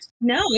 no